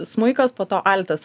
smuikas po to altas